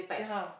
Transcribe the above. yeah